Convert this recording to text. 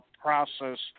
process